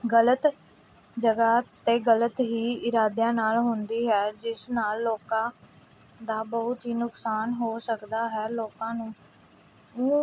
ਗਲਤ ਜਗ੍ਹਾ 'ਤੇ ਗਲਤ ਹੀ ਇਰਾਦਿਆਂ ਨਾਲ ਹੁੰਦੀ ਹੈ ਜਿਸ ਨਾਲ ਲੋਕਾਂ ਦਾ ਬਹੁਤ ਹੀ ਨੁਕਸਾਨ ਹੋ ਸਕਦਾ ਹੈ ਲੋਕਾਂ ਨੂੰ ਨੂੰ